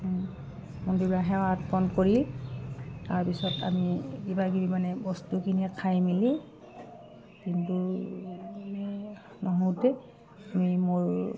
মন্দিৰ সেৱা অৰ্পণ কৰি তাৰপিছত আমি কিবা কিবি মানে বস্তুখিনিয়ে খাই মেলি কিন্তু আমি মোৰ